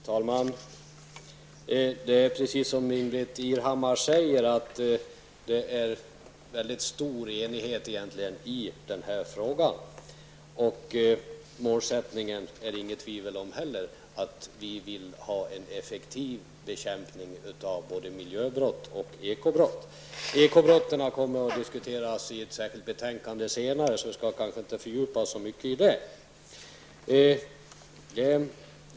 Herr talman! Det är precis som Ingbritt Irhammar säger, nämligen att det råder mycket stor enighet i denna fråga. Det är inte heller några tvivel om målsättningen att vi vill ha en effektiv bekämpning av både miljöbrott och ekobrott. Ekobrotten kommer att diskuteras i samband med behandlingen av ett särskilt betänkande senare. Därför skall vi kanske inte fördjupa oss så mycket i det.